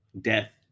death